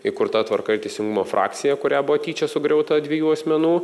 įkurta tvarka ir teisingumo frakcija kurią buvo tyčia sugriauta dviejų asmenų